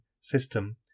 system